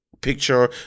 picture